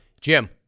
Jim